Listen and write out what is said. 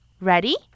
Ready